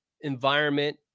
environment